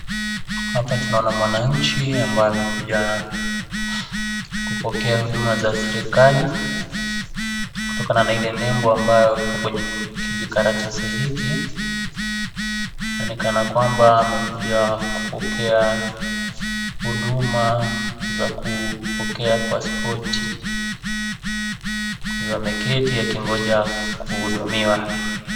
Hapa tunaona mwananchi ambaye amekuja, kupokea za serikali, kutokana na ile nembo ambayo iko kwenye kijikaratasi hiki, nani kana kwamba amekuja kupokea huduma za kupokea pasipoti, akiwa ameketi akingoja kuhudumiwa.